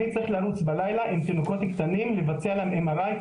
אני צריך לרוץ בלילה עם תינוקות קטנים לבצע להם MRI,